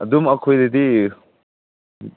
ꯑꯗꯨꯝ ꯑꯩꯈꯣꯏꯗꯗꯤ